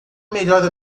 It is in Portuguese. melhor